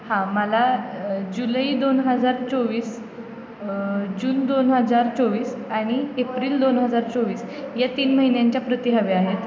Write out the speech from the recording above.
हां मला जुलै दोन हजार चोवीस जून दोन हजार चोवीस आणि एप्रिल दोन हजार चोवीस या तीन महिन्यांच्या प्रति हव्या आहेत